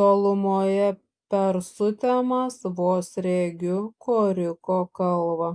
tolumoje per sutemas vos regiu koriko kalvą